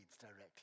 directly